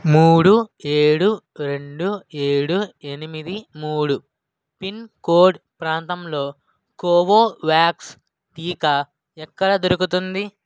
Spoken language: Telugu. మూడు ఏడు రెండు ఏడు ఎనిమిది మూడు పిన్కోడ్ ప్రాంతంలో కోవోవాక్స్ టీకా ఎక్కడ దొరుకుతుంది